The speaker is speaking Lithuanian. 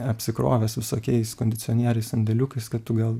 apsikrovęs visokiais kondicionieriais sandėliukais kad tu gal